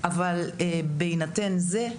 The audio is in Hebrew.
אבל בהינתן זה,